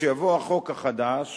שכשיבוא החוק החדש